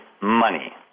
money